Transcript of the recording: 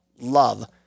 love